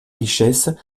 richesses